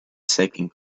sacking